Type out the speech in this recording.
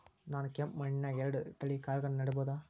ನಾನ್ ಕೆಂಪ್ ಮಣ್ಣನ್ಯಾಗ್ ಎರಡ್ ತಳಿ ಕಾಳ್ಗಳನ್ನು ನೆಡಬೋದ?